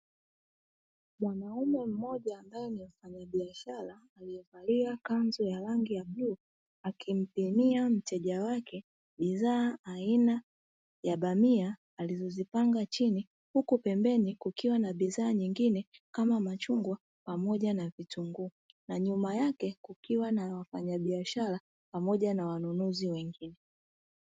Mwanaume mmoja ambaye ni mfanyabiashara amevalia kanzu ya rangi ya bluu akimpimia mteja wake bidhaa aina ya bamia alizozipanga chini, huku pembeni kukiwa na bidhaa nyingine kama machungwa pamoja na vitunguu; na nyuma yake kukiwa na wafanyabiashara pamoja na wanunuzi wengine.